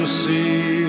see